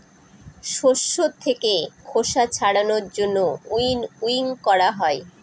শস্য থাকে খোসা ছাড়ানোর জন্য উইনউইং করা হয়